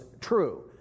true